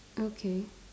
okay